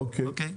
אוקיי.